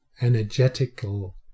energetical